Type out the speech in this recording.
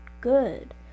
good